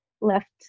left